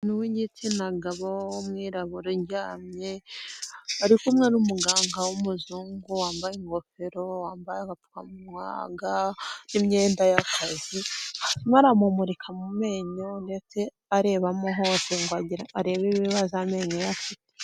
Umuntu w'igitsinagabo w'umwirabura uryamye ari kumwe n'umuganga w'umuzungu wambaye ingofero, wambaye agapfukamunwa n'imyenda y'akazi, arimo aramumurika mu menyo ndetse arebamo hose ngo arebe ibibazo amenyo ye afite.